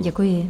Děkuji.